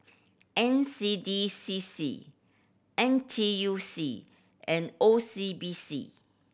N C D C C N T U C and O C B C